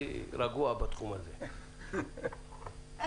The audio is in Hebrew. האדם הכי רגוע בתחום הזה, בבקשה.